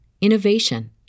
innovation